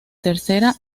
tercera